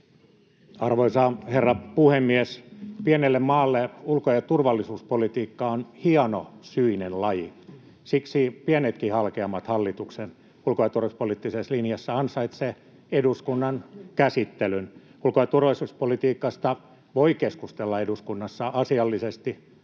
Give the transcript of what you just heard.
Arvoisa herra puhemies! Pienelle maalle ulko- ja turvallisuuspolitiikka on hienosyinen laji. Siksi pienetkin halkeamat hallituksen ulko- ja turvallisuuspoliittisessa linjassa ansaitsevat eduskunnan käsittelyn. Ulko- ja turvallisuuspolitiikasta voi keskustella eduskunnassa asiallisesti, tosiasiat